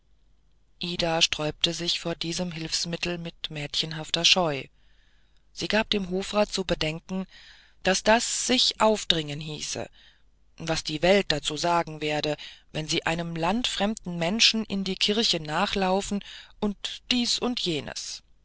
ida sträubte sich vor diesem hilfsmittel mit mädchenhafter scheu sie gab dem hofrat zu bedenken daß das sich aufbringen heiße was die welt dazu sagen werde wenn sie einem landfremden menschen in die kirche nachlaufe und dies und jenes aber